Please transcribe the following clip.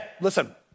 listen